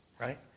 right